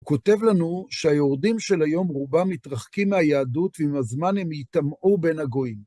כותב לנו שהיהודים של היום רובם נתרחקים מהיהדות, ועם הזמן הם יטמעו בין הגויים.